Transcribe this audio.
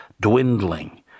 dwindling